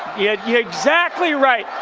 yeah yeah. exactly right.